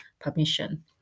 permission